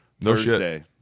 Thursday